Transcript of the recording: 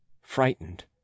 frightened